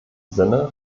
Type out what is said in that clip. sinne